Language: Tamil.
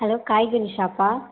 ஹலோ காய்கறி ஷாப்பா